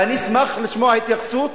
אני אשמח לשמוע התייחסות.